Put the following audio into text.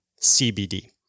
CBD